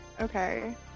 Okay